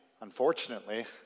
unfortunately